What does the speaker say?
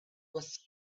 was